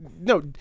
no